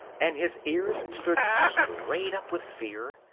and his ears stood straight up with fear,